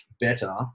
better